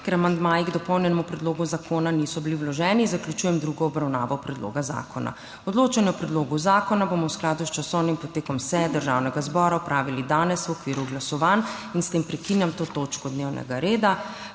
Ker amandmaji k dopolnjenemu predlogu zakona niso bili vloženi, zaključujem drugo obravnavo predloga zakona. Odločanje o predlogu zakona bomo v skladu s časovnim potekom seje Državnega zbora opravili danes v okviru glasovanj. S tem prekinjam to točko dnevnega reda.